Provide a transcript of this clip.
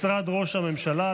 משרד ראש הממשלה,